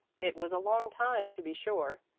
it was a long time, to be sure,